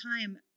time